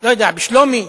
לא יודע, בשלומי?